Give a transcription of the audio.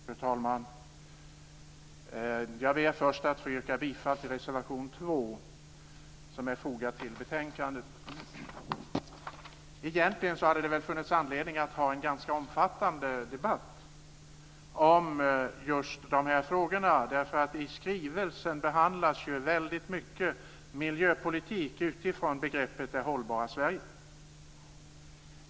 Fru talman! Jag ber först att få yrka bifall till reservation 2 som är fogad till betänkandet. Egentligen hade det väl funnits anledning att föra en ganska omfattande debatt om just de här frågorna. I skrivelsen behandlas nämligen väldigt mycket av miljöpolitik utifrån begreppet "det hållbara Sverige".